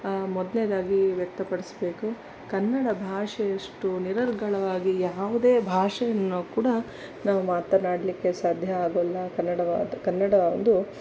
ಮೊದಲೇದಾಗಿ ವ್ಯಕ್ತಪಡಿಸಬೇಕು ಕನ್ನಡ ಭಾಷೆಯಷ್ಟು ನಿರರ್ಗಳವಾಗಿ ಯಾವುದೇ ಭಾಷೆಯನ್ನು ಕೂಡ ನಾವು ಮಾತನಾಡಲಿಕ್ಕೆ ಸಾಧ್ಯ ಆಗೋಲ್ಲ ಕನ್ನಡ ಕನ್ನಡ ಒಂದು